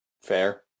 Fair